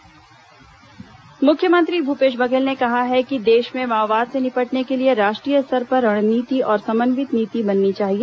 मुख्यमंत्री नीति आयोग बैठक मुख्यमंत्री भूपेश बघेल ने कहा है कि देश में माओवाद से निपटने के लिए राष्ट्रीय स्तर पर रणनीति और समन्वित नीति बननी चाहिए